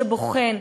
שבוחן,